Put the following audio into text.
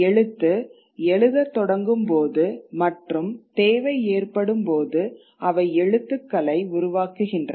எழுத்து எழுதத் தொடங்கும் போது மற்றும் தேவை ஏற்படும்போது அவை எழுத்துக்களை உருவாக்குகின்றன